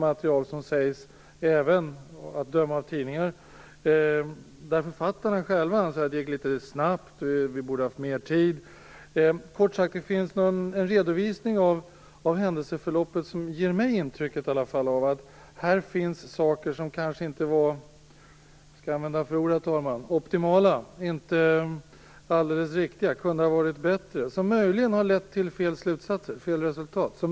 Att döma av tidningarna fanns det även material där författarna själva anser att det gick litet för snabbt och att de borde ha haft mer tid. Kort sagt finns det en redovisning av händelseförloppet som i alla fall ger mig intrycket av att här finns saker som kanske inte var - jag vet inte vad jag skall använda för ord - optimala, alldeles riktiga eller som kunde ha varit bättre. Möjligen har dessa lett till fel slutsatser och fel resultat.